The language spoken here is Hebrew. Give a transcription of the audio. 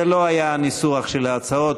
זה לא היה הניסוח של ההצעות.